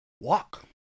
Walk